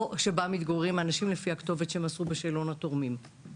או שבה מתגוררים האנשים לפי הכתובת שמסרו בשאלון התורמים,